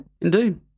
Indeed